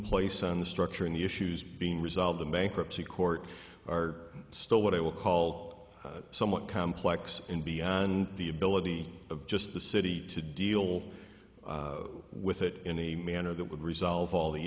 place and structuring the issues being resolved in bankruptcy court are still what i will call somewhat complex and beyond the ability of just the city to deal with it in a manner that would resolve all the